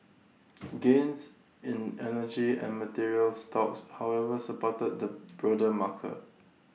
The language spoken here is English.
gains in energy and materials stocks however supported the broader marker